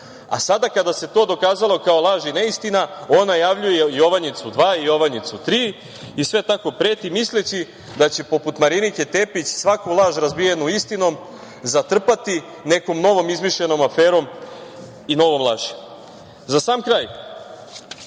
a sada kada se to dokazalo kao laž i neistina on najavljuje Jovanjicu 2, Jovanjicu 3 i sve tako preti, misleći da će poput Marinike Tepić svaku laž razbijenu istinom zatrpati nekom novom izmišljenom aferom i novom laži.Za sam kraj,